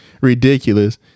ridiculous